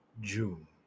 June